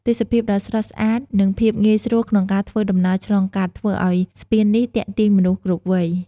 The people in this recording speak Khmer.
ទេសភាពដ៏ស្រស់ស្អាត និងភាពងាយស្រួលក្នុងការធ្វើដំណើរឆ្លងកាត់ ធ្វើឱ្យស្ពាននេះទាក់ទាញមនុស្សគ្រប់វ័យ។